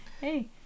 Hey